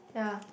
yeah